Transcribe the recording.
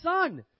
son